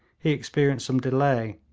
he experienced some delay,